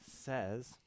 says